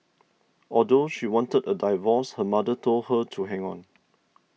although she wanted a divorce her mother told her to hang on